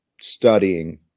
studying